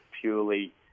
purely